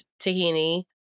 tahini